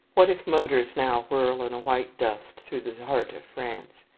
what if motors now whirl in a white dust through the heart of france?